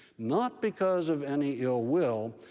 not because of any ill will,